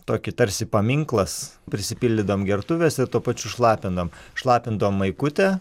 tokį tarsi paminklas prisipildydavom gertuves ir tuo pačiu šlapinom šlapindavom maikutę